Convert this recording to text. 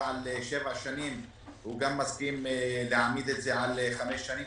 על שבע שנים גם הוא מסכים להעמיד את זה על חמש שנים.